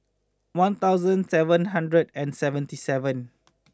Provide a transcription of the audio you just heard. one thousand seven hundred and seventy seven